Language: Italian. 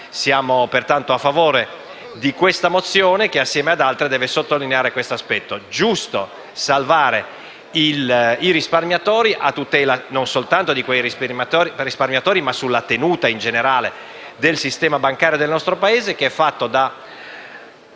siamo pertanto a favore di questa mozione, che assieme ad altre deve sottolineare questo aspetto. È giusto salvare i risparmiatori, a tutela non soltanto degli stessi, ma per la tenuta in generale del sistema bancario del nostro Paese, che è fatto di